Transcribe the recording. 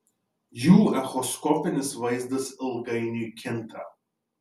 jų echoskopinis vaizdas ilgainiui kinta